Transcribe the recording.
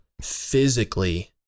physically